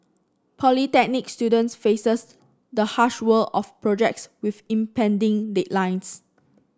polytechnic students faces the harsh world of projects with impending deadlines